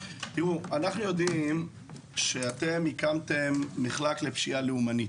אנחנו יודעים שאתם הקמתם מחלק לפשיעה לאומנית,